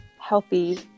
healthy